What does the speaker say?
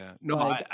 no